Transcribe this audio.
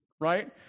right